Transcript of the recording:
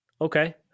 Okay